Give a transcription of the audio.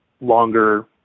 longer